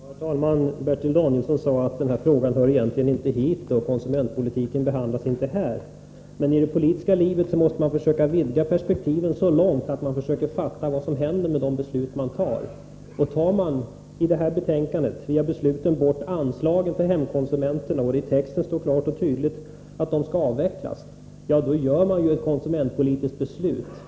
Herr talman! Bertil Danielsson sade att denna fråga egentligen inte hör hit och att konsumentpolitiken inte behandlas här. Men i det politiska livet måste man försöka vidga perspektiven så långt att man förstår vad som händer med de beslut man fattar. Tar man bort anslaget för hemkonsulenterna, genom ett beslut enligt detta betänkande — där det i texten står klart och tydligt att de skall avvecklas — fattar man ett konsumentpolitiskt beslut.